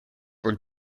were